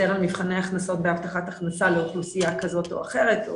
על מבחני הכנסות והבטחת הכנסה לאוכלוסייה כזאת או אחרת,